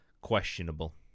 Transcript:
questionable